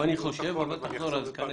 גם אני חושב, אבל תחזור על זה.